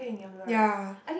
ya